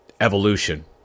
evolution